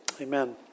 amen